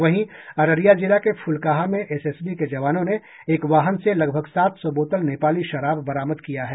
वहीं अररिया जिला के फुलकाहा में एसएसबी के जवानो ने एक वाहन से लगभग सात सौ बोतल नेपाली शराब बरामद किया है